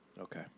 Okay